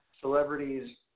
celebrities